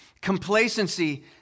Complacency